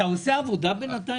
אתה עושה עבודה בינתיים,